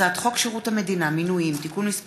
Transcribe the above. הצעת חוק שירות המדינה (מינויים) (תיקון מס'